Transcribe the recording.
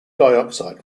dioxide